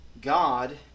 God